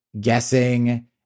guessing